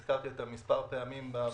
הזכרתי אותם מספר פעמים בעבר.